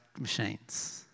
machines